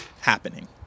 happening